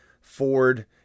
Ford